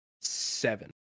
seven